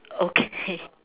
okay